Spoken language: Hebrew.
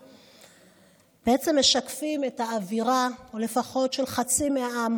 בעצם משקפים את האווירה של לפחות חצי מהעם